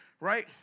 right